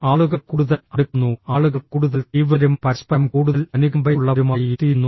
ആളുകൾ കൂടുതൽ അടുക്കുന്നു ആളുകൾ കൂടുതൽ തീവ്രരും പരസ്പരം കൂടുതൽ അനുകമ്പയുള്ളവരുമായിത്തീരുന്നു